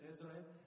Israel